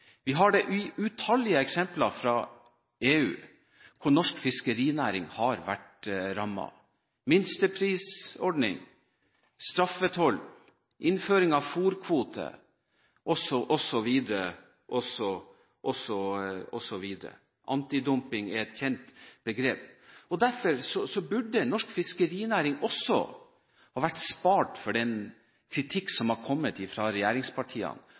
Vi har det i utallige eksempler fra EU, hvor norsk fiskerinæring har vært rammet – minsteprisordning, straffetoll, innføring av fôrkvote osv. Antidumping er et kjent begrep. Derfor burde norsk fiskerinæring også ha vært spart for den kritikk som har kommet fra regjeringspartiene